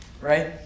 Right